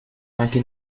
anche